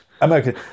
American